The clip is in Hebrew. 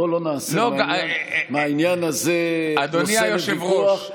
בוא לא נעשה מהעניין הזה נושא לוויכוח,